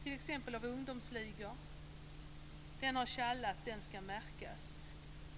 av t.ex. ungdomsligor. Den som har tjallat skall märkas.